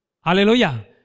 Hallelujah